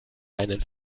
einen